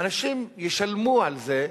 אנשים ישלמו על זה.